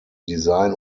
design